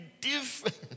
different